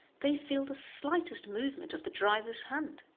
they feel the slightest movement of the driver's hand,